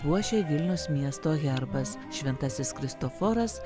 puošia vilniaus miesto herbas šventasis kristoforas